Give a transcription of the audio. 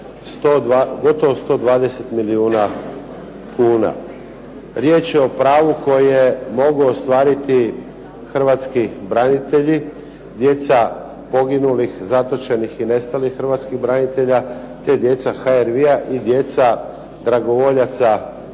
gotovo 120 milijuna kuna. Riječ je o pravu koje mogu ostvariti Hrvatski branitelji, djeca poginulih, zatočenih i nestalih Hrvatskih branitelja, te djeca HRV-a i djeca dragovoljaca